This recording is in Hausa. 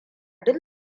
duk